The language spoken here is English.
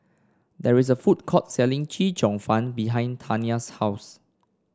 there is a food court selling Chee Cheong Fun behind Tania's house